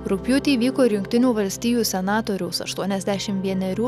rugpjūtį įvyko ir jungtinių valstijų senatoriaus aštuoniasdešim vienerių